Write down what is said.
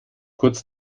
kurz